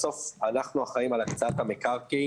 בסוף, אנחנו אחראים על הקצאת המקרקעין